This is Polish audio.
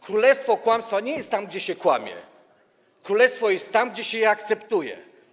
Królestwo kłamstwa nie jest tam, gdzie się kłamie, królestwo jest tam, gdzie się je akceptuje.